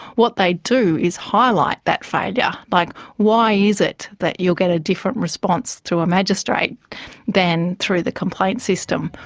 what they do is highlight that failure. yeah like, why is it that you'll get a different response through a magistrate than through the complaint system?